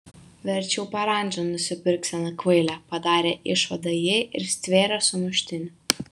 verčiau parandžą nusipirk sena kvaile padarė išvadą ji ir stvėrė sumuštinį